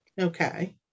Okay